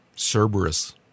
Cerberus